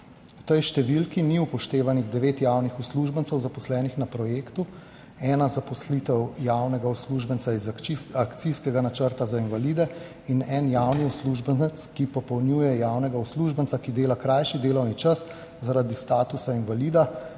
V tej številki ni upoštevanih 9 javnih uslužbencev zaposlenih na projektu ena zaposlitev javnega uslužbenca iz akcijskega načrta za invalide in en javni uslužbenec, ki popolnjuje javnega uslužbenca, ki dela krajši delovni čas, zaradi statusa invalida,